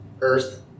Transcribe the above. Earth